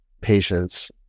patients